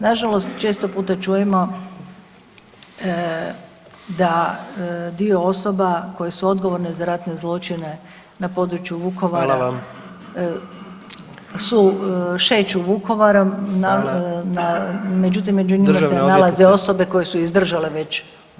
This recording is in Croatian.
Nažalost, često puta čujemo da dio osoba koje su odgovorne za ratne zločine na području Vukovara [[Upadica predsjednik: Hvala vam.]] su šeću Vukovarom, [[Upadica predsjednik: Hvala.]] međutim među njima se [[Upadica predsjednik: Državna odvjetnice.]] nalaze osobe koje su izdržale već kazne.